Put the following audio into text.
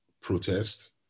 protest